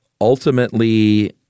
ultimately